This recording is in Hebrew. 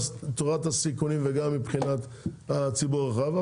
תורת הסיכונים וגם מבחינת הציבור הרחב,